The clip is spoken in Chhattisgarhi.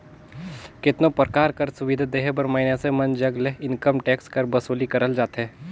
केतनो परकार कर सुबिधा देहे बर मइनसे मन जग ले इनकम टेक्स कर बसूली करल जाथे